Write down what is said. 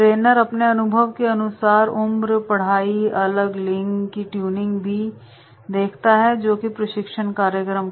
trainer अपने अनुभव के अनुसार उम्रपढ़ाईअलग लिंग की ट्यूनिंग भी हैजो कि प्रशिक्षण कार्यक्रम